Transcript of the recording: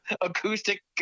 Acoustic